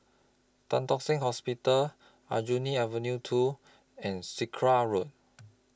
Tan Tock Seng Hospital Aljunied Avenue two and Sakra Road